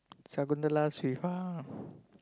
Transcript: Sakunthala's with uh